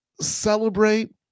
celebrate